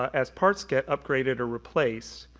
as parts get upgraded or replaced,